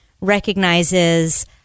recognizes